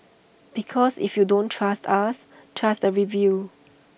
because if you don't trust us trust the reviews